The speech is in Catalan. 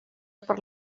per